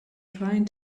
trying